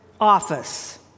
office